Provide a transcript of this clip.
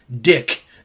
dick